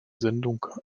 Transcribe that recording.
sendung